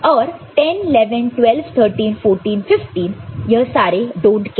और 10 11 12 13 14 15 यह सारे डोंट केयर है